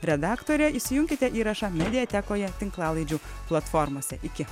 redaktorė įsijunkite įrašą mediatekoje tinklalaidžių platformose iki